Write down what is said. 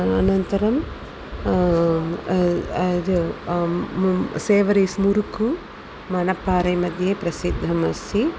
अनन्तरं सेवरीस् मुरुक्कु मनप्पारै मध्ये प्रसिद्धम् अस्ति